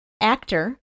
Actor